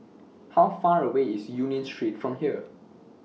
How Far away IS Union Street from here